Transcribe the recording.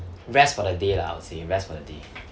rest for the day lah I would say rest for the day